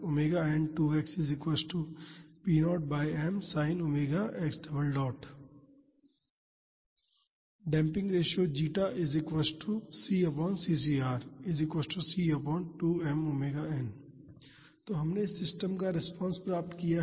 t Damping ratio 𝜉 तो हमने इस सिस्टम का रिस्पांस प्राप्त की है